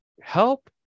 help